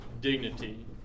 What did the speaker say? dignity